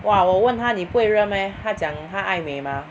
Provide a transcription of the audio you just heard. !wah! 我问他你不会热 meh 他讲他爱美 mah